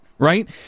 Right